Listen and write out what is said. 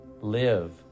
live